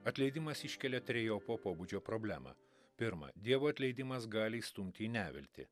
atleidimas iškelia trejopo pobūdžio problemą pirma dievo atleidimas gali įstumti į neviltį